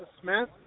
Smith